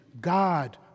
God